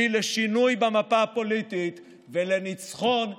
לשינוי במפה הפוליטית ולניצחון ישראל.